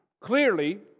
clearly